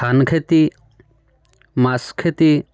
ধান খেতি মাছ খেতি